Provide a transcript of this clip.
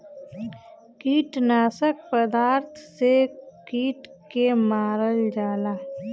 कीटनाशक पदार्थ से के कीट के मारल जाला